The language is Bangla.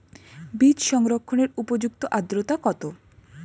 বীজ সংরক্ষণের উপযুক্ত আদ্রতা কত?